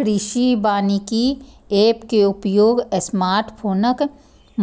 कृषि वानिकी एप के उपयोग स्मार्टफोनक